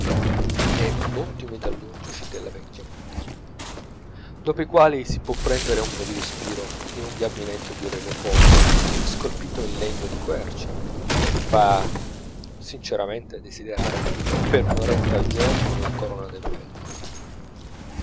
e ai prodotti metallurgici della vecchia montagna dopo i quali si può prendere un po di respiro in un gabinetto di re leopoldo scolpito in legno di quercia che fa sinceramente desiderare per un'oretta al giorno la corona del belgio